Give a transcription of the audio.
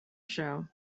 show